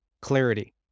Clarity